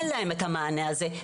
אין להם את המענה הזה?